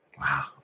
Wow